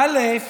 א.